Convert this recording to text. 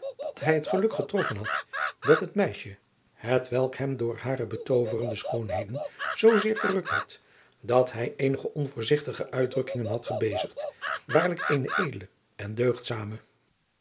dat hij het geluk getroffen had dat het meisje hetwelk hem door hare betooverende schoonheden zoo zeer verrukt had dat hij eenige onvoorzigtige uitdrukkingen had gebezigd waarlijk eene edele en